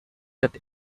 that